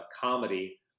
comedy